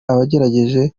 abagerageje